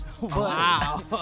Wow